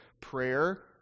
prayer